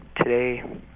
today